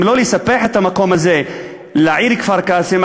אם לא לספח את המקום הזה לעיר כפר-קאסם,